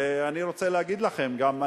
ואני רוצה להגיד לכם גם,